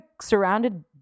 surrounded